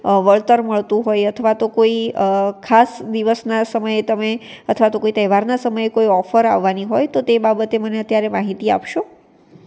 વળતર મળતું હોય અથવા તો કોઈ ખાસ દિવસના સમયે તમે અથવા તો કોઈ તહેવારના સમયે કોઈ ઓફર આવવાની હોય તો તે બાબતે મને અત્યારે માહિતી આપશો